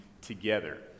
together